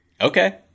Okay